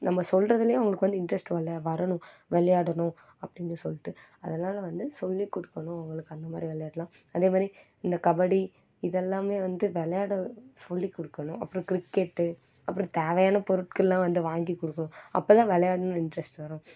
நம்ம சொல்கிறதுலையே அவங்களுக்கு வந்து இன்ட்ரெஸ்ட் வல வரணும் விளையாடணும் அப்படின்னு சொல்லிட்டு அதனால் வந்து சொல்லி கொடுக்கணும் அவங்களுக்கு அந்த மாதிரி விளையாட்டுலாம் அதே மாதிரி இந்த கபடி இதெல்லாமே வந்து விளையாட சொல்லி கொடுக்கணும் அப்புறம் கிரிக்கெட்டு அப்புறம் தேவையான பொருட்களெல்லாம் வந்து வாங்கி கொடுக்கணும் அப்போதான் விளையாடணுன்னு இன்ட்ரெஸ்ட் வரும்